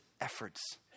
efforts